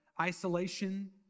isolation